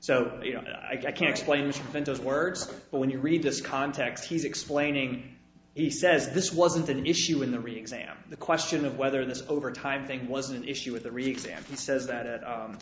so you know i can explain and those words but when you read this context he's explaining he says this wasn't an issue in the reexamined the question of whether this overtime think was an issue with the reexamined says that